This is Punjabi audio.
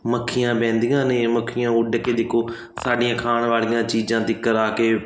ਮੱਖੀਆਂ ਬਹਿੰਦੀਆਂ ਨੇ ਮੱਖੀਆਂ ਉੱਡ ਕੇ ਦੇਖੋ ਸਾਡੀਆਂ ਖਾਣ ਵਾਲੀਆਂ ਚੀਜ਼ਾਂ ਤੀਕਰ ਆ ਕੇ